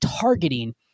targeting